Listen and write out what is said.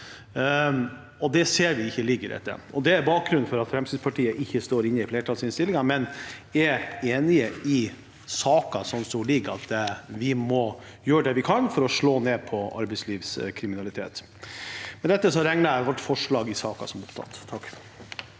det ser vi ikke ligger inne i dette. Det er bakgrunnen for at Fremskrittspartiet ikke står inne i flertallsinnstillingen, men er enig i saken slik den ligger: at vi må gjøre det vi kan for å slå ned på arbeidslivskriminalitet. Med dette regner jeg Fremskrittspartiets forslag i saken som tatt opp.